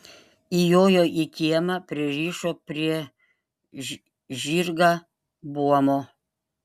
įjojo į kiemą pririšo prie žirgą buomo